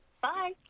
Bye